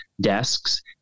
desks